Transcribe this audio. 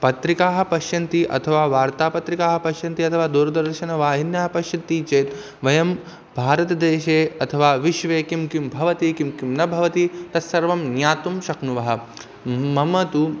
पत्रिकाः पश्यन्ति अथवा वार्तापत्रिकाः पश्यन्ति अथवा दूरदर्शनवाहिन्यः पश्यन्ति चेत् वयं भारतदेशे अथवा विश्वे किं किं भवामः किं किं न भवामः तत् सर्वं ज्ञातुं शक्नुमः मम तु